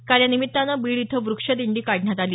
काल या निमित्तानं बीड इथं वृक्षदिंडी काढण्यात आली